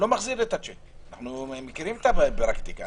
מכירים את הפרקטיקה.